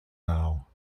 now